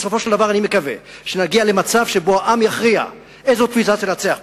בסופו של דבר אני מקווה שנגיע למצב שבו העם יכריע איזו תפיסה תנצח פה,